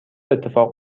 اتفاق